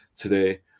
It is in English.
today